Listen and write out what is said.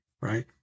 right